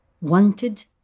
wanted